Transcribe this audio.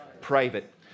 private